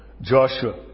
Joshua